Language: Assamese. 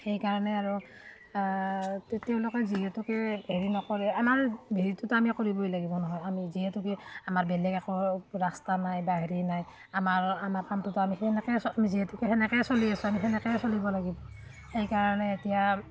সেইকাৰণে আৰু তেওঁলোকে যিহেতুকে হেৰি নকৰে আমাৰ হেৰিটোতো আমি কৰিবই লাগিব নহয় আমি যিহেতুকে আমাৰ বেলেগ একো ৰাস্তা নাই বা হেৰি নাই আমাৰ আমাৰ কামটোতো আমি সেনেকৈ যিহেতুকে সেনেকৈ চলি আছো আমি সেনেকৈয়ে চলিব লাগিব সেইকাৰণে এতিয়া